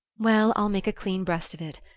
well, i'll make a clean breast of it.